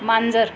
मांजर